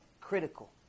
critical